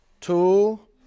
two